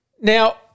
Now